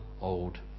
old